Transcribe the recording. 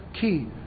key